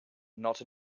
not